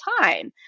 time